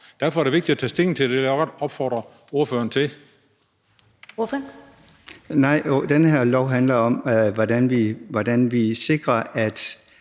Derfor er det vigtigt at tage stilling til det, og det vil jeg godt opfordre ordføreren til